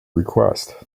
request